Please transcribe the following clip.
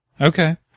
Okay